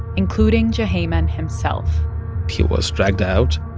including juhayman himself he was dragged out,